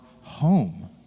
home